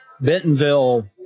Bentonville